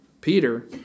Peter